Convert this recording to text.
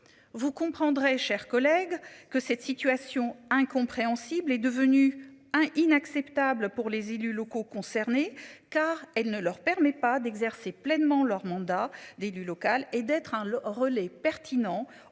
Vous comprendrez chers collègues que cette situation incompréhensible est devenue un inacceptable pour les élus locaux concernés car elle ne leur permet pas d'exercer pleinement leur mandat d'élu local et d'être le relais pertinent auprès de